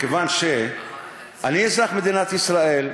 מכיוון שאני אזרח מדינת ישראל,